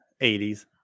80s